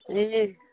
ए